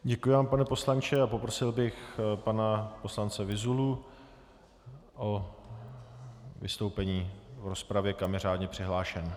Děkuji vám, pane poslanče, a poprosil bych pana poslance Vyzulu o vystoupení v rozpravě, kam je řádně přihlášen.